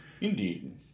Indeed